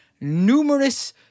numerous